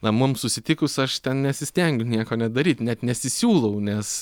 na mums susitikus aš ten nesistengiu nieko net daryt net nesisiūlau nes